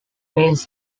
means